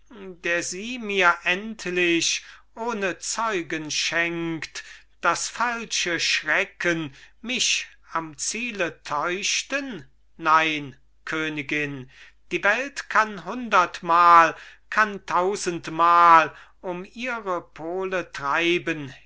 der sie mir endlich ohne zeugen schenkt daß falsche schrecken mich am ziele täuschten nein königin die welt kann hundertmal kann tausendmal um ihre pole treiben